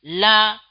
la